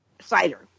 Cider